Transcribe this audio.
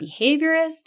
behaviorist